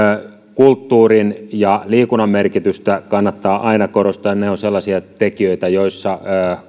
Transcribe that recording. kulttuurin ja liikunnan merkitystä kannattaa aina korostaa ne ovat sellaisia tekijöitä joissa